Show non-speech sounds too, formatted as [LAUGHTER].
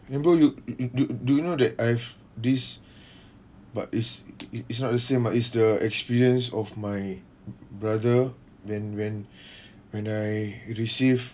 !hey! bro you do do you know that I've this [BREATH] but is i~ it's not the same ah is the experience of my brother then when [BREATH] when I receive